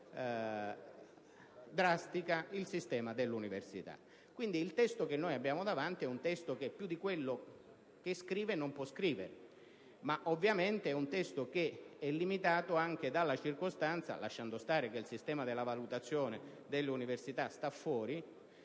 drastica il sistema dell'università. Quindi, il testo che abbiamo davanti più di quello che scrive non può scrivere: è ovviamente limitato anche dalla circostanza (lasciando stare che il sistema della valutazione dell'università sta fuori)